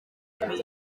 babiri